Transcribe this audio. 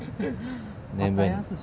and then